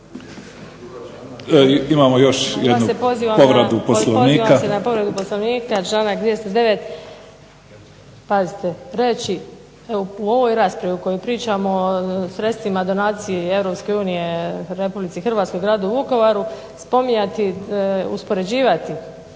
Imamo još jednu povredu POslovnika.